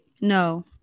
no